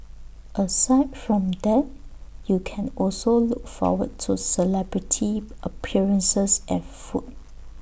aside from that you can also look forward to celebrity appearances and food